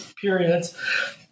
periods